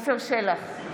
עפר שלח,